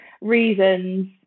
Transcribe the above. reasons